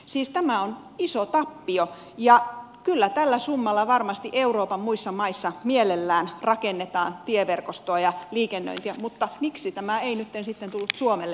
siis tämä on iso tappio ja kyllä tällä summalla varmasti euroopan muissa maissa mielellään rakennetaan tieverkostoa ja liikennöintiä mutta miksi tämä ei nytten sitten tullut suomelle mahdollisuudeksi